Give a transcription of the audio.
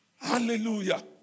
Hallelujah